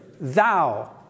thou